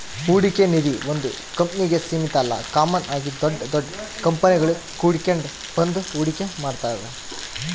ಹೂಡಿಕೆ ನಿಧೀ ಒಂದು ಕಂಪ್ನಿಗೆ ಸೀಮಿತ ಅಲ್ಲ ಕಾಮನ್ ಆಗಿ ದೊಡ್ ದೊಡ್ ಕಂಪನಿಗುಳು ಕೂಡಿಕೆಂಡ್ ಬಂದು ಹೂಡಿಕೆ ಮಾಡ್ತಾರ